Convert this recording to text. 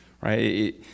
right